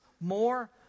more